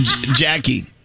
Jackie